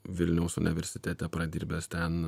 vilniaus universitete pradirbęs ten